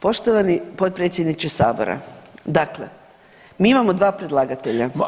Poštovani potpredsjedniče sabora, dakle mi imamo 2 predlagatelja